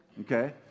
Okay